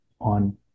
on